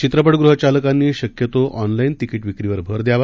चित्रपटगृहचालकांनीशक्यतोऑनलाउतिकीटविक्रीवरभरद्यावा